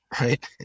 right